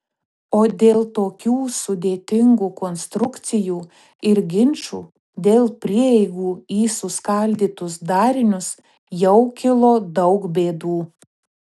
o dėl tokių sudėtingų konstrukcijų ir ginčų dėl prieigų į suskaldytus darinius jau kilo daug bėdų